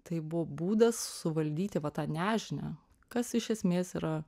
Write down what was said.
tai buvo būdas suvaldyti va tą nežinią kas iš esmės yra